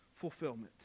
fulfillment